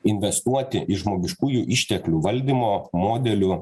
investuoti į žmogiškųjų išteklių valdymo modelių